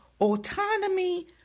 autonomy